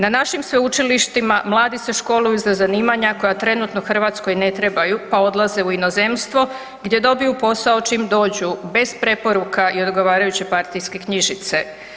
Na našim sveučilištima mladi se školuju za zanimanja koja trenutno Hrvatskoj ne trebaju, pa odlaze u inozemstvu gdje dobiju posao čim dođu bez preporuka i odgovarajuće partijske knjižice.